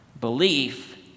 Belief